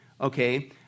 okay